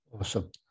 Awesome